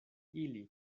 ili